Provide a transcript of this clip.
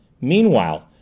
Meanwhile